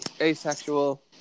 Asexual